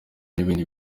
n’ibindi